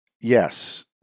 Yes